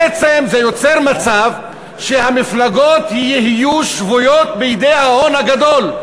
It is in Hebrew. בעצם זה יוצר מצב שהמפלגות יהיו שבויות בידי ההון הגדול,